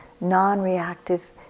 non-reactive